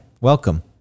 welcome